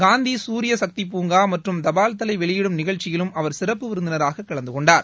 காந்தி சூரிய சக்தி பூங்கா மற்றும் தபால் தலை வெளியிடும் நிகழ்ச்சியிலும் அவர் சிறப்பு விருந்தினராகக் கலந்து கொண்டார்